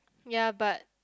ya but